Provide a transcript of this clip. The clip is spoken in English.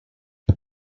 hey